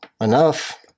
Enough